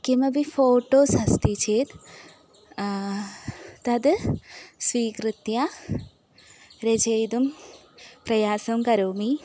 किमपि फ़ोटोस् अस्ति चेत् तद् स्वीकृत्य रचयितुं प्रयासं करोमि